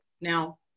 Now